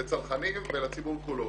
לצרכנים ולציבור כולו.